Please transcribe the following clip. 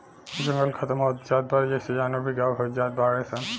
जंगल खतम होत जात बा जेइसे जानवर भी गायब होत जात बाडे सन